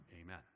Amen